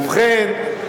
ובכן,